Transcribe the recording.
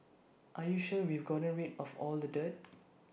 are you sure we've gotten rid of all the dirt